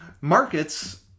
markets